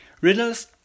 riddles